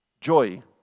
joy